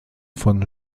von